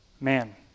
man